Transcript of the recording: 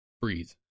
breathe